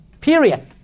Period